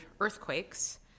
earthquakes